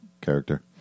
character